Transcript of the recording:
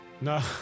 No